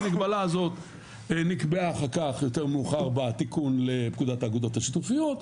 המגבלה הזאת נקבעה אחר כך יותר מאוד בתיקון לפקודת האגודות השיתופיות,